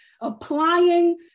Applying